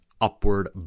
upward